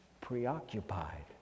preoccupied